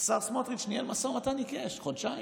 השר סמוטריץ' ניהל משא ומתן עיקש חודשיים.